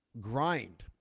grind